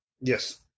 Yes